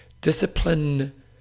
discipline